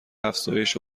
افزایش